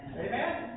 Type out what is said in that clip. amen